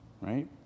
right